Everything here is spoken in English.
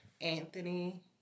Anthony